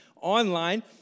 online